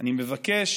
אני מבקש